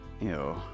Ew